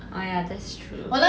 oh ya that's true